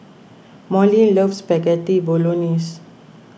Molly loves Spaghetti Bolognese